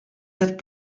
wird